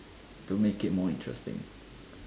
to make it more interesting